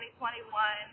2021